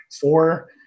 four